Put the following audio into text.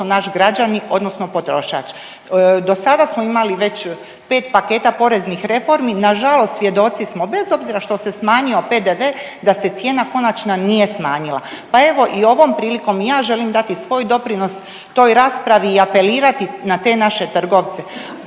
naši građani odnosno potrošač. Do sada smo imali već pet paketa poreznih reformi, nažalost svjedoci smo bez obzira što se smanjio PDV da se cijena konačna nije smanjila. Pa evo i ovom prilikom i ja želim dati svoj doprinos toj raspravi i apelirati na te naše trgovce.